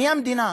אני המדינה.